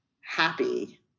happy